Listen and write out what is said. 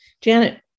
Janet